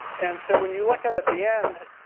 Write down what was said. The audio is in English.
and so when you look out at the end,